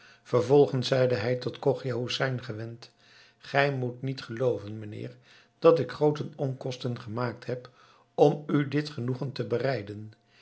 vervolgens zeide hij tot chogia hoesein gewend gij moet niet gelooven mijnheer dat ik groote onkosten gemaakt heb om u dit genoegen te bereiden